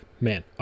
man